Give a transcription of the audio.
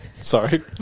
Sorry